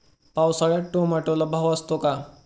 पावसाळ्यात टोमॅटोला भाव असतो का?